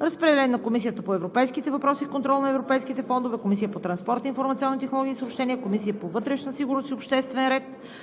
Разпределен е на: Комисията по европейските въпроси и контрол на европейските фондове, Комисията по транспорт, информационни технологии и съобщения, Комисията по вътрешна сигурност и обществен ред.